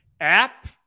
app